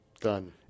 Done